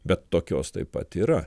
bet tokios taip pat yra